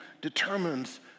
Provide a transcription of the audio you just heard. determines